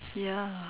ya